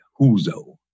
Huzo